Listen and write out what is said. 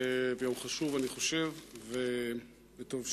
והוא חשוב, אני חושב, וטוב שכך.